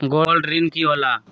Gold ऋण की होला?